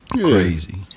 Crazy